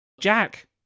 Jack